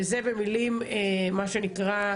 וזה במילים מה שנקרא,